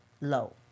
low